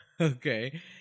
okay